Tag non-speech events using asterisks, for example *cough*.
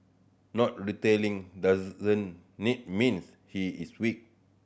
not *unintelligible* doesn't *unintelligible* mean he is weak